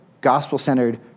gospel-centered